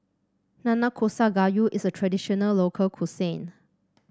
Nanakusa Gayu is a traditional local cuisine